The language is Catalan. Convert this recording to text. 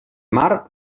mar